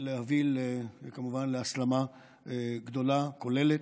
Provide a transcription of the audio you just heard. להביא כמובן להסלמה גדולה, כוללת,